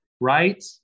right